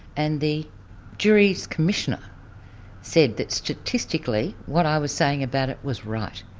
and the juries commissioner said that statistically, what i was saying about it was right.